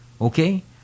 okay